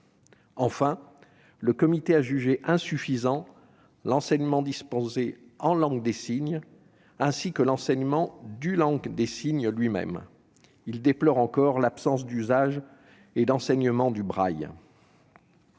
Enfin, le Comité a jugé insuffisant l'enseignement dispensé en langue des signes, ainsi que celui de la langue des signes elle-même. Il déplore encore l'absence d'usage et d'enseignement du braille.